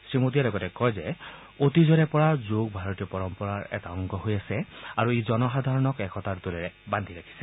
শ্ৰীমোডীয়ে লগতে কয় যে অতীজৰে পৰা যোগ ভাৰতীয় পৰম্পৰা এটা অংগ হৈ আছে আৰু ই জনসাধাৰণক একতাৰ দোলেৰে বাদ্ধি ৰাখিছে